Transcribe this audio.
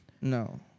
no